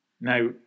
Now